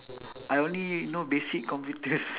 I only know basic computers